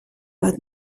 bat